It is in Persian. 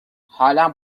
حالم